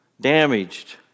damaged